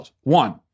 One